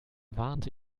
warnte